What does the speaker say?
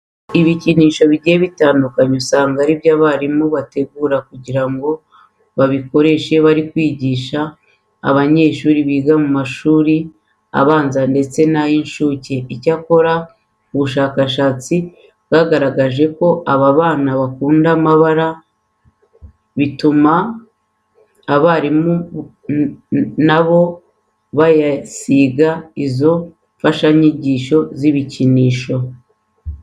Ibikinisho bigiye bitandukanye usanga ari byo abarimu bategura kugira ngo babikoreshe bari kwigisha abanyeshuri biga mu mashuri abanza ndetse n'ay'incuke. Icyakora kubera uburyo ubushakashatsi bwagaragaje ko aba bana bakunda amabara, bituma abarimu na bo bayasiga izi mfashanyigisho z'ibikinisho.